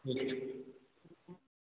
ठीक छै